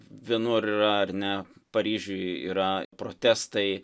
vienur yra ar ne paryžiuj yra protestai